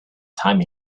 time